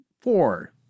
four